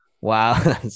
wow